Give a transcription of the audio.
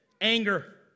anger